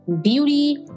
beauty